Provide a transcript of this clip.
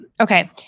Okay